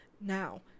now